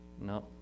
No